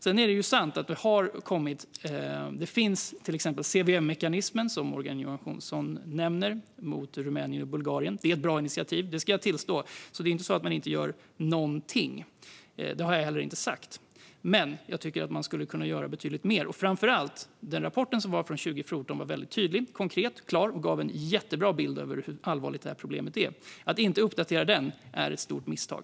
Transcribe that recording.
Det är sant att till exempel CDM-mekanismen finns när det gäller Rumänien och Bulgarien, vilket Morgan Johansson nämner. Det är ett bra initiativ; det ska jag tillstå. Det är alltså inte så att man inte gör någonting, och det har jag inte heller sagt. Jag tycker dock att man skulle kunna göra betydligt mer. Framför allt var rapporten från 2014 väldigt tydlig, konkret och klar, och den gav en jättebra bild av hur allvarligt problemet är. Att inte uppdatera den är ett stort misstag.